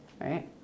right